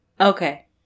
Okay